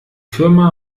firma